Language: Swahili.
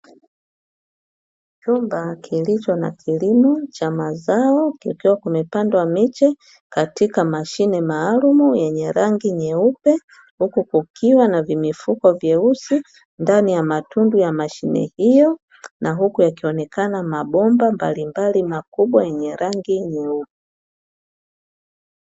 Chumba kilicho na kilimo cha mazao kikiwa kimepandwa miche katika Mashine maalumu yenye rangi nyeupe, huku kukiwa na vimifuko vyeusi ndani ya matundu ya mashine hiyo; na huku yakionekana mabomba mbalimbali makubwa yenye rangi nyeupe.